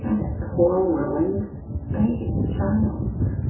ah that poor, ruined baby, child.